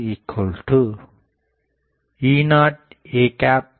EaE0ay